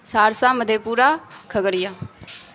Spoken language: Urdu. سہرسہ مدھے پورہ کھگڑیا